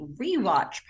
Rewatch